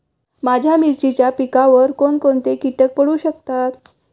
माझ्या मिरचीच्या पिकावर कोण कोणते कीटक पडू शकतात?